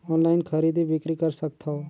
Online खरीदी बिक्री कर सकथव?